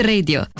Radio